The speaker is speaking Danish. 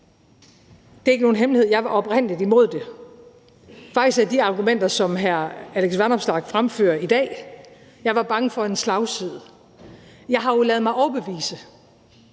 Det er ikke nogen hemmelighed, at jeg oprindelig var imod det, faktisk ud fra de argumenter, som hr. Alex Vanopslagh fremfører i dag. Jeg var bange for en slagside. Jeg har jo ladet mig overbevise.